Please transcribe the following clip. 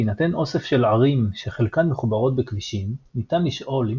בהינתן אוסף של ערים שחלקן מחוברות בכבישים ניתן לשאול אם